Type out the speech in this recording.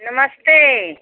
नमस्ते